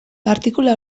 partikula